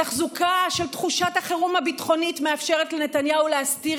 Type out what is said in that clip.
התחזוקה של תחושת החירום הביטחונית מאפשרת לנתניהו להסתיר